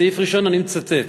סעיף ראשון, אני מצטט: